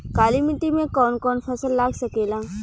काली मिट्टी मे कौन कौन फसल लाग सकेला?